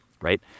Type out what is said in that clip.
Right